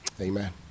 Amen